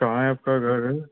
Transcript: कहाँ है आपका घर है